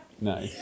No